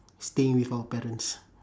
staying with our parents